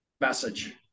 message